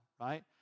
right